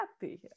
happy